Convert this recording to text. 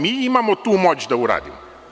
Mi imamo tu moć da uradimo.